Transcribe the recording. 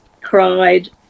cried